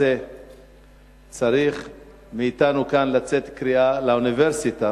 שצריכה לצאת מאתנו קריאה לאוניברסיטה